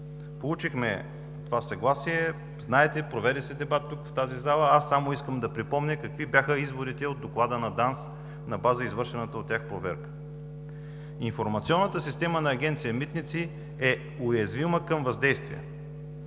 Получихме това съгласие. Знаете, проведе се дебат в залата. Само искам да припомня какви бяха изводите от доклада на ДАНС на база извършената от тях проверка. Информационната система на Агенция „Митници“ е уязвима към въздействие.